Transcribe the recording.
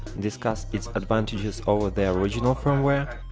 discuss its advantages over the original firmware,